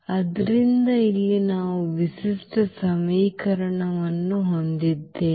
ಆದ್ದರಿಂದ ಇಲ್ಲಿ ನಾವು ಈ ವಿಶಿಷ್ಟ ಸಮೀಕರಣವನ್ನು ಹೊಂದಿದ್ದೇವೆ